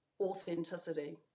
authenticity